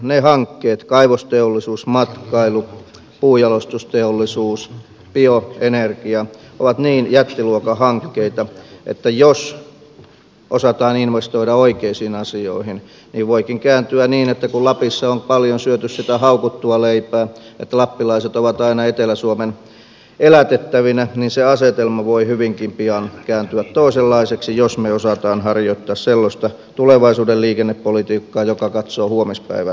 ne hankkeet kaivosteollisuus matkailu puunjalostusteollisuus bioenergia ovat niin jättiluokan hankkeita että jos osataan investoida oikeisiin asioihin niin voikin kääntyä niin että kun lapissa on paljon syöty sitä haukuttua leipää että lappilaiset ovat aina etelä suomen elätettävinä niin se asetelma voi hyvinkin pian kääntyä toisenlaiseksi jos me osaamme harjoittaa sellaista tulevaisuuden liikennepolitiikkaa joka katsoo huomispäivän yli